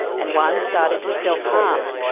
and one started to self-harm.